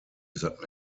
that